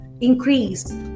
increase